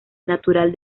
natural